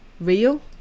real